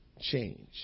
change